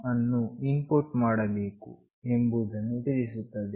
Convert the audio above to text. h ಅನ್ನು include ಮಾಡಬೇಕು ಎಂಬುದನ್ನು ತಿಳಿಸುತ್ತದೆ